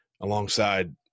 alongside